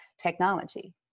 technology